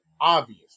obvious